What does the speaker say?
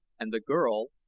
and the girl,